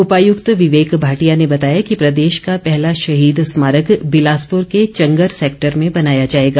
उपायुक्त विवेक भाटिया ने बताया कि प्रदेश का पहला शहीद स्मारक बिलासपुर के चंगर सैक्टर में बनाया जाएगा